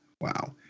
Wow